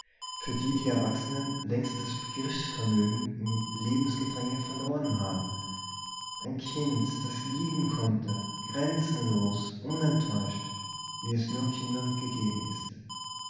für die die erwachsenen längst das begriffsvermögen im lebensgedränge verloren haben ein kind das lieben konnte grenzenlos